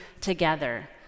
together